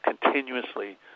continuously